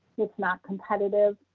it's not competitive,